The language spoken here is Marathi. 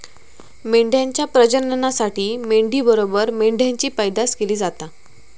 मेंढ्यांच्या प्रजननासाठी मेंढी बरोबर मेंढ्यांची पैदास केली जाता